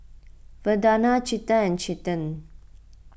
Vandana Chetan and Chetan